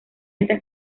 estas